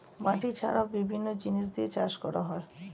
মাটি ছাড়াও বিভিন্ন জিনিস দিয়ে চাষ করা হয়